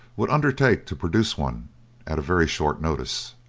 would undertake to produce one at a very short notice.